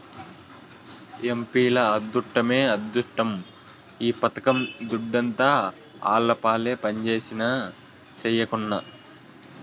ఎంపీల అద్దుట్టమే అద్దుట్టం ఈ పథకం దుడ్డంతా ఆళ్లపాలే పంజేసినా, సెయ్యకున్నా